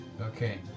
Okay